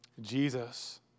Jesus